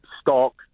stock